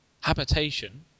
habitation